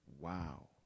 Wow